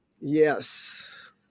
Yes